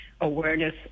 Awareness